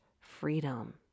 freedom